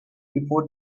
before